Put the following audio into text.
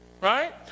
right